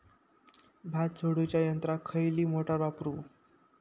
भात झोडूच्या यंत्राक खयली मोटार वापरू?